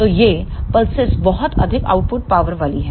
तो ये पल्सेस बहुत अधिक आउटपुट पावर वाली हैं